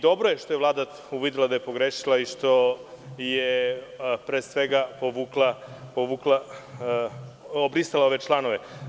Dobro je što je Vlada uvidela da je pogrešila i što je pre svega brisala ove članove.